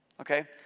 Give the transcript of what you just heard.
Okay